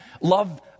love